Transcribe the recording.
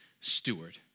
steward